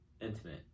intimate